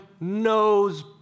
knows